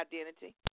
identity